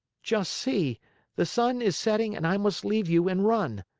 just see the sun is setting and i must leave you and run.